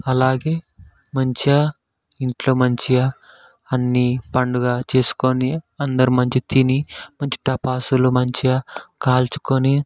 అలాగే మంచిగా ఇంట్లో మంచిగా అన్నీ పండుగ చేసుకుని అందరూ మంచిగా తిని మంచి టాపాసులూ మంచిగా కాల్చుకుని